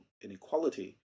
inequality